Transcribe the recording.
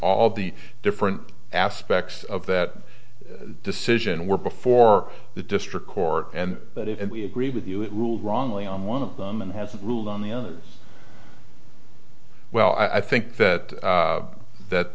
all the different aspects of that decision were before the district court and that if we agree with you it ruled wrongly on one of them and has ruled on the others well i think that that th